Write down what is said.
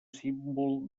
símbol